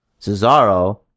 Cesaro